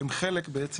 שהם חלק בעצם